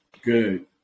Good